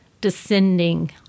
descending